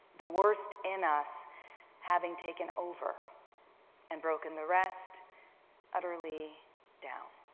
the worst in us having taken over and broken the rest utterly down